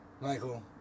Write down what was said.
Michael